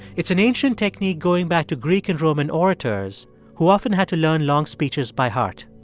it's an ancient technique going back to greek and roman orators who often had to learn long speeches by heart